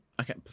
okay